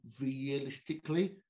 realistically